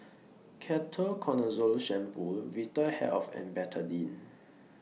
Ketoconazole Shampoo Vitahealth and Betadine